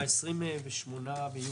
ב-28 ביולי.